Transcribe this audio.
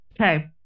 Okay